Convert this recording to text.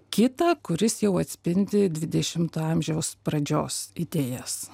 kitą kuris jau atspindi dvidešimto amžiaus pradžios idėjas